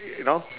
you know